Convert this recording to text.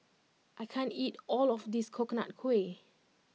I can't eat all of this Coconut Kuih